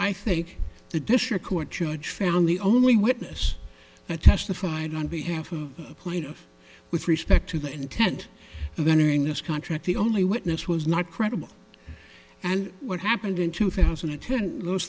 i think the district court judge found the only witness that testified on behalf of the plaintiff with respect to the intent of entering this contract the only witness was not credible and what happened in two thousand and ten those